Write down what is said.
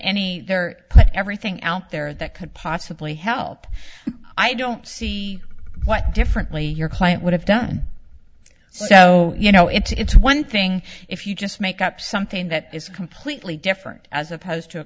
any there everything out there that could possibly help i don't see what differently your client would have done so you know it's one thing if you just make up something that is completely different as opposed to a